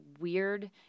weird